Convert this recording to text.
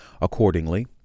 Accordingly